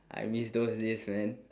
I miss those days man